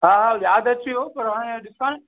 हा यादि अची वियो पर हाणे ॾिसां